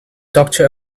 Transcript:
doctor